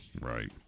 Right